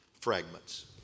fragments